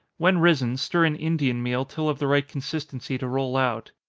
when risen, stir in indian meal till of the right consistency to roll out.